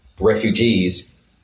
refugees